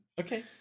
Okay